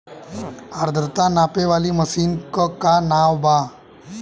आद्रता नापे वाली मशीन क का नाव बा?